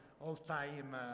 all-time